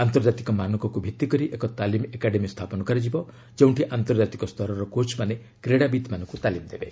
ଆନ୍ତର୍ଜାତିକ ମାନକକୁ ଭିତ୍ତି କରି ଏକ ତାଲିମ ଏକାଡେମୀ ସ୍ଥାପନ କରାଯିବ ଯେଉଁଠି ଆନ୍ତର୍କାତିକ ସ୍ତରର କୋଚ୍ମାନେ କ୍ରୀଡ଼ାବିତ୍ମାନଙ୍କୁ ତାଲିମ ଦେବେ